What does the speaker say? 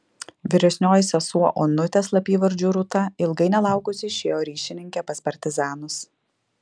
vyresnioji sesuo onutė slapyvardžiu rūta ilgai nelaukusi išėjo ryšininke pas partizanus